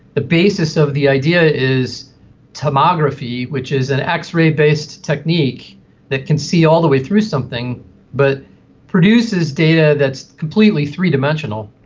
the basis of the idea is tomography, which is an x-ray-based technique that can see all the way through something but produces data that's completely three-dimensional.